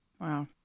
Wow